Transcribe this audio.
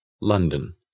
London